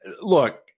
look